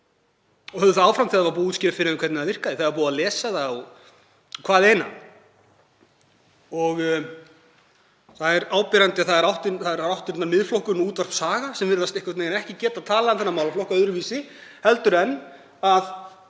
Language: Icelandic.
Og höfðu þær áfram þegar var búið að útskýra fyrir þeim hvernig það virkaði, þegar búið var að lesa það og hvaðeina. Það er áberandi að það eru áttirnar Miðflokkurinn og Útvarp Saga sem virðast einhvern veginn ekki geta talað um þennan málaflokk öðruvísi en að